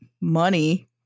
money